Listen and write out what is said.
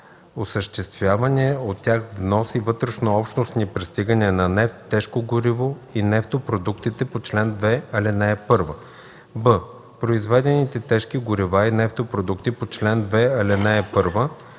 а) осъществявания от тях внос и вътрешнообщностни пристигания на нефт, тежко гориво и нефтопродуктите по чл. 2, ал. 1; б) произведените тежки горива и нефтопродукти по чл. 2, ал. 1;